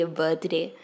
birthday